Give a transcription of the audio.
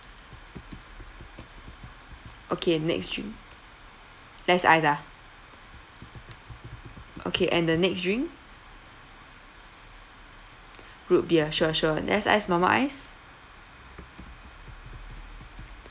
okay next drink less ice ah okay and the next drink root beer sure sure less ice normal ice